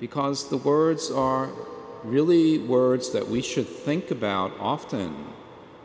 because the words are really words that we should think about often